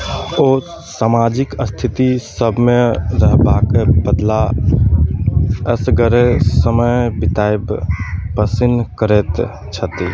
ओ सामाजिक स्थिति सभमे रहबाक बदला एसगरे समय बितायब पसिन्न करैत छथि